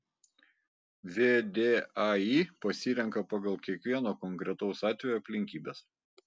vdai pasirenka pagal kiekvieno konkretaus atvejo aplinkybes